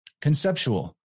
conceptual